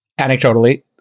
anecdotally